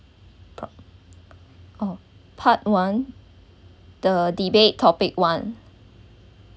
oh part one the debate topic one